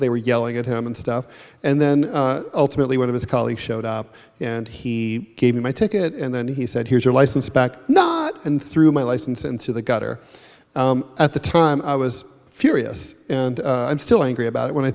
they were yelling at him and stuff and then ultimately one of his colleagues showed up and he gave me my ticket and then he said here's your license back and threw my license into the gutter at the time i was furious and i'm still angry about it when i